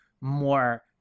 more